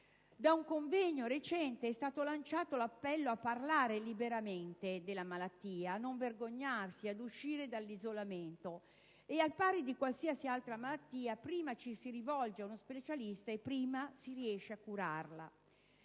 Da un recente convegno è stato lanciato l'appello a parlare liberamente della propria malattia, a non vergognarsi, ad uscire dall'isolamento: e al pari di qualsiasi altra malattia, prima ci si rivolge ad uno specialista e prima si riesce a curarla.